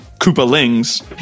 Koopalings